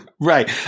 right